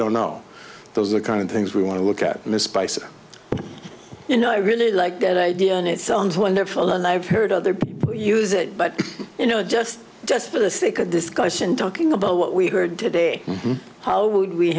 don't know those are the kind of things we want to look at and the spices but you know i really like that idea and it sounds wonderful and i've heard other people use it but you know just just for the sake of discussion talking about what we heard today how we